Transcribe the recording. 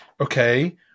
okay